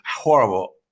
horrible